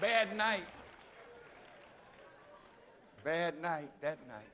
bad night bad night that